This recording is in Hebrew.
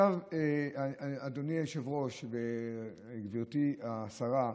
אדוני היושב-ראש וגברתי השרה,